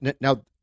now